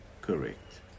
correct